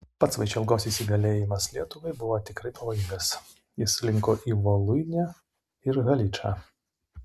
pats vaišelgos įsigalėjimas lietuvai buvo tikrai pavojingas jis linko į voluinę ir haličą